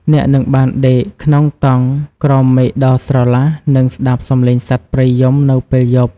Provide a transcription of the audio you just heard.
អ្នកនឹងបានដេកក្នុងតង់ក្រោមមេឃដ៏ស្រឡះ និងស្តាប់សំឡេងសត្វព្រៃយំនៅពេលយប់។